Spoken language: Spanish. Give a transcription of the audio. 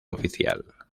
oficial